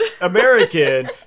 American